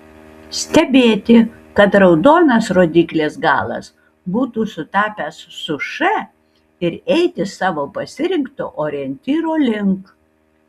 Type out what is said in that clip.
stebėti kad raudonas rodyklės galas būtų sutapęs su š ir eiti savo pasirinkto orientyro link